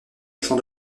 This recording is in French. champ